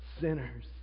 sinners